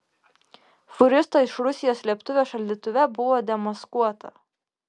fūristo iš rusijos slėptuvė šaldytuve buvo demaskuota